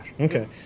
Okay